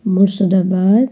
Murshidabad